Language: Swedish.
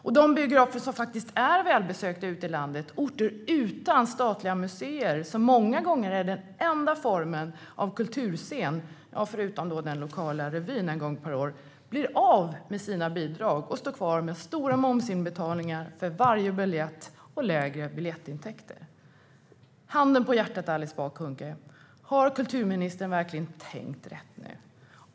Och de biografer som faktiskt är välbesökta på orter utan statliga museer - de är många gånger den enda formen av kulturscen, förutom den lokala revyn en gång per år - blir av med sina bidrag och står kvar med stora momsinbetalningar för varje biljett och lägre biljettintäkter. Handen på hjärtat, Alice Bah Kuhnke! Har kulturministern verkligen tänkt rätt nu?